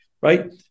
right